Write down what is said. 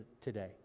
today